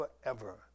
forever